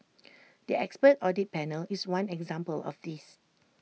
the expert audit panel is one example of this